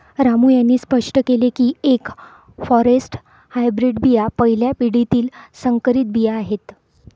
रामू यांनी स्पष्ट केले की एफ फॉरेस्ट हायब्रीड बिया पहिल्या पिढीतील संकरित बिया आहेत